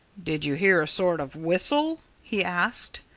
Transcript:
did you hear a sort of whistle? he asked.